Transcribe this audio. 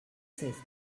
seize